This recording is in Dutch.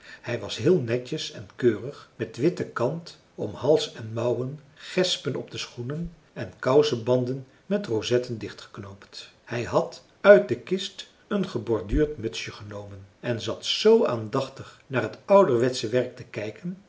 hij was heel netjes en keurig met witte kant om hals en mouwen gespen op de schoenen en kousebanden met rozetten dichtgeknoopt hij had uit de kist een geborduurd mutsje genomen en zat z aandachtig naar het ouderwetsche werk te kijken